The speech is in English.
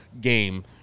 game